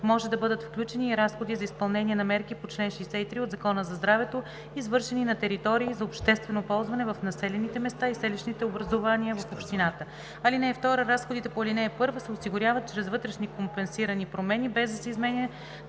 може да бъдат включени и разходи за изпълнение на мерки по чл. 63 от Закона за здравето, извършени на територии за обществено ползване в населените места и селищните образувания в общината. (2) Разходите по ал. 1 се осигуряват чрез вътрешни компенсирани промени, без да се изменя